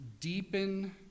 deepen